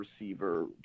receiver